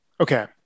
Okay